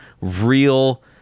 real